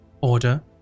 order